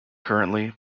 currently